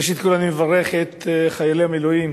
ראשית כול, אני מברך את חיילי המילואים